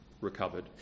recovered